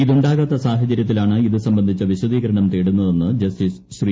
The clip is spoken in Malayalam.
ഇതു ണ്ടാകാത്ത സാഹചര്യത്തിലാണ് ഇതു സംബന്ധിച്ച വിശദീകരണം തേടുന്നതെന്ന് ജസ്റ്റിസ് ശ്രീ